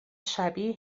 شبیه